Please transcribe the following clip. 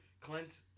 Clint